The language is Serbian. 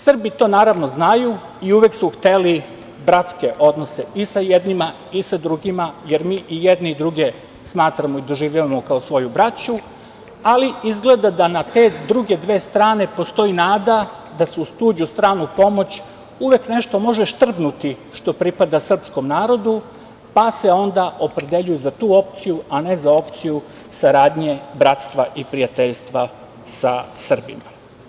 Srbi to naravno znaju i uvek su hteli bratske odnose i sa jednima i sa drugima, jer mi i jedne i druge smatramo i doživljavamo, kao svoju braću, ali izgleda da na te druge dve strane postoji nada da se uz tuđu, stranu pomoć uvek nešto može štrpnuti što pripada srpskom narodu, pa se onda opredeljuju za tu opciju, a ne za opciju saradnje, bratstva i prijateljstva sa Srbima.